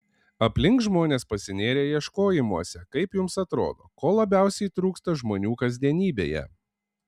aplink žmonės pasinėrę ieškojimuose kaip jums atrodo ko labiausiai trūksta žmonių kasdienybėje